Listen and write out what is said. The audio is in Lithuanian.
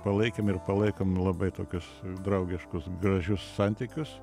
palaikėm ir palaikom labai tokius draugiškus gražius santykius